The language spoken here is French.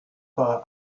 pas